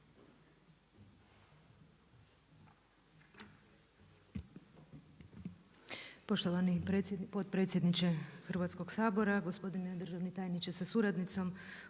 Poštovani potpredsjedniče Hrvatskog sabora, gospodine državni tajniče sa suradnicom,